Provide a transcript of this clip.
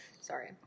Sorry